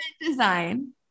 design